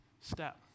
step